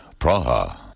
Praha